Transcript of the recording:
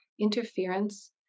Interference